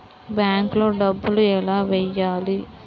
బ్యాంక్లో డబ్బులు ఎలా వెయ్యాలి?